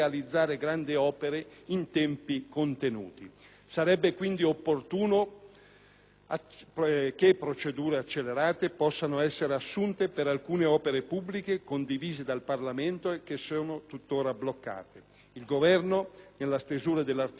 che procedure accelerate possano essere assunte per alcune opere pubbliche condivise dal Parlamento e che sono tuttora bloccate. Il Governo, nella stesura dell'articolo 2 del presente decreto, è andato incontro alle richieste degli autotrasportatori,